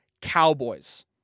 Cowboys